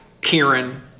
Kieran